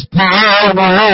power